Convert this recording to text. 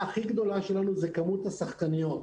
כמות השחקניות.